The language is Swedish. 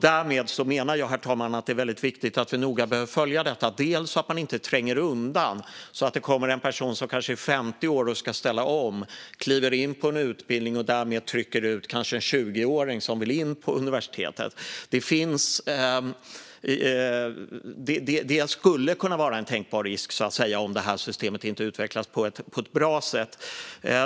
Därmed menar jag, herr talman, att det är väldigt viktigt att vi noga följer detta så att det inte sker undanträngningar, till exempel att en person som är 50 år kliver in på en utbildning och därmed trycker ut en 20-åring som vill in på universitetet. Detta skulle kunna vara en risk om det här systemet inte utvecklas på ett bra sätt.